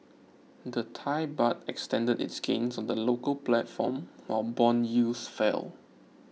the Thai Baht extended its gains on the local platform while bond yields fell